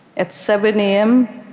at seven a m,